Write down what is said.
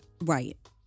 right